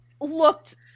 looked